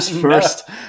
first